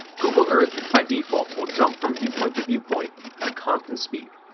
google earth, by default, will jump from viewpoint to viewpoint at a constant speed,